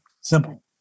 Simple